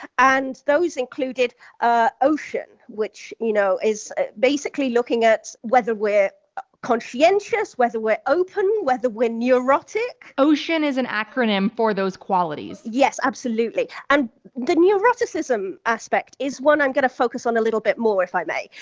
and those included ah ocean, which, you know, is basically looking at whether we're conscientious, whether we're open, whether we're neurotic. ocean is an acronym for those qualities. yes, absolutely. and the neuroticism aspect is one i'm going to focus on a little bit more, if i may,